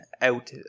out